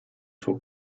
suo